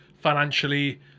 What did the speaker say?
financially